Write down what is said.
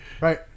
Right